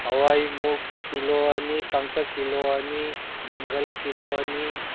ꯍꯋꯥꯏ ꯃꯨꯛ ꯀꯤꯂꯣ ꯑꯅꯤ ꯀꯥꯡꯇꯛ ꯀꯤꯂꯣ ꯑꯅꯤ ꯃꯪꯒꯜ ꯀꯤꯂꯣ ꯑꯅꯤ